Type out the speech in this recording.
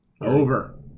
Over